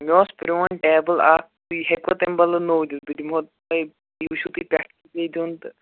مےٚ اوس پرٛون ٹیبُل اکھ تُہۍ ہیٚکوا تَمہِ بَدلہٕ نوٚو دِتھ بہٕ دِمہو تۄہہِ یہِ وُچھِو تُہۍ پٮ۪ٹھ کیٛاہ پیٚیہِ دیُن تہٕ